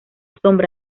sombra